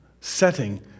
setting